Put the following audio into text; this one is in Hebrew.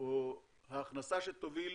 או ההכנסה שתוביל